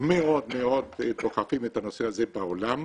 מאוד מאוד דוחפים את זה בעולם.